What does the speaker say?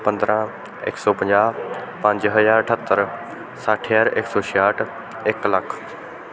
ਪੰਦਰਾਂ ਇਕ ਸੌ ਪੰਜਾਹ ਪੰਜ ਹਜ਼ਾਰ ਅਠੱਤਰ ਸੱਠ ਹਜ਼ਾਰ ਇੱਕ ਸੌ ਛਿਆਹਠ ਇੱਕ ਲੱਖ